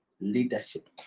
leadership